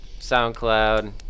soundcloud